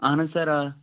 اَہَن حظ سر آ